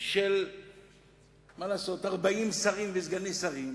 של 40 שרים וסגני שרים,